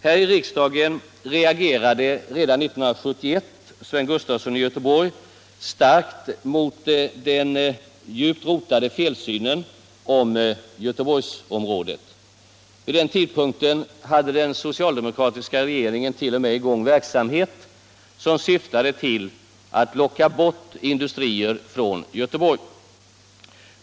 Här i riksdagen reagerade redan 1971 Sven Gustafson i Göteborg starkt mot den djupt rotade felsynen i fråga om Göteborgsområdet. Vid den tidpunkten hade den socialdemokratiska regeringen t.o.m. i gång verksamhet som syftade uill att locka bort industrier från Göteborg.